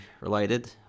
related